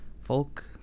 folk